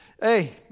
Hey